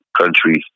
countries